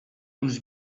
uns